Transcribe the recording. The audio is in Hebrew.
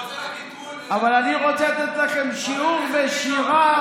אבל אני רוצה לתת לכם שיעור בשירה